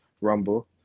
rumble